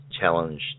challenge